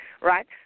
right